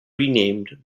renamed